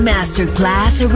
Masterclass